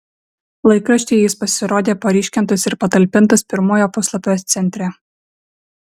laikraštyje jis pasirodė paryškintas ir patalpintas pirmojo puslapio centre